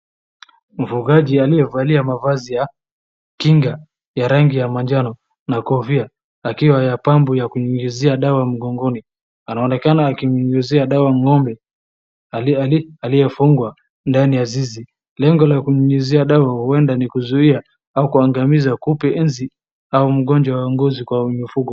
Mfugaji aliyevalia mavazi ya kinga ya rangi ya manjano na kofia akiwa na pampu ya kunyunyuzia dawa mgongoni. Anaonekana akinyunyuzia dawa ng'ombe aliyefungwa ndani ya zizi. Lengo la kunyunyuzia dawa huenda ni kuzuia au kuangamiza kupe, nzi au ungonjwa wa ngozi kwa mifugo.